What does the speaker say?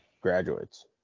graduates